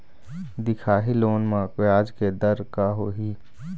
दिखाही लोन म ब्याज के दर का होही?